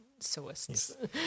sewists